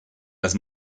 las